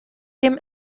dem